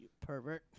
pervert